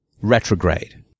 retrograde